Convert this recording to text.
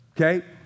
Okay